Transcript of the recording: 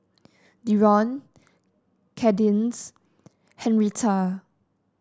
Dereon Kadence Henretta